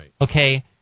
Okay